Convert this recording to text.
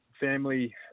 family